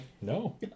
No